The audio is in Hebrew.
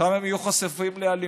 שם הם יהיו חשופים לאלימות,